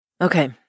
Okay